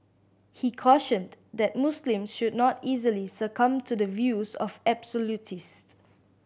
he cautioned that Muslims should not easily succumb to the views of absolutist